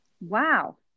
Wow